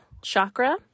chakra